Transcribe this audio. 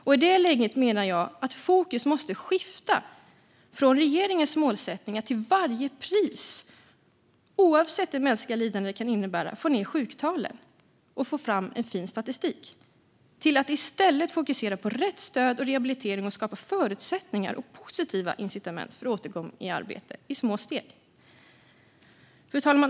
I det läget menar jag att fokus måste skifta från regeringens målsättning att till varje pris, oavsett det mänskliga lidande det kan innebära, få ned sjuktalen och få fram en fin statistik till att i stället ligga på rätt stöd och rehabilitering och skapa förutsättningar och positiva incitament för återgång i arbete i små steg. Fru talman!